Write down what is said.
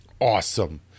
awesome